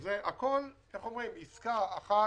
זה הכול עסקה אחת.